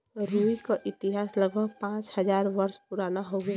रुई क इतिहास लगभग पाँच हज़ार वर्ष पुराना हउवे